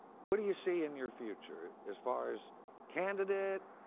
what do you see in your future as far as candidate,